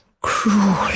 cruel